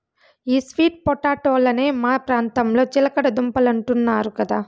ఈ స్వీట్ పొటాటోలనే మా ప్రాంతంలో చిలకడ దుంపలంటున్నారు కదా